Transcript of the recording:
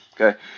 Okay